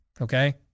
okay